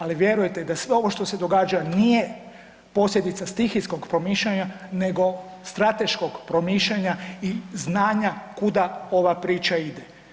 Ali vjerujte i da sve ovo što se događa nije posljedica stihijskog promišljanja nego strateškog promišljanja i znanja kuda ova priča ide.